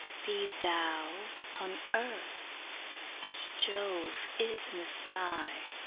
be thou on earth as jove is in the sky,